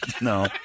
No